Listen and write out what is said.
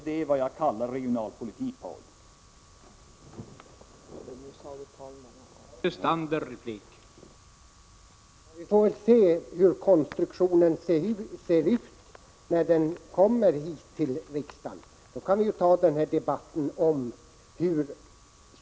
Det kallar jag regionalpolitik, Paul Lestander.